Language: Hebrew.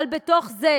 אבל בתוך זה